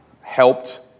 helped